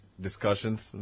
discussions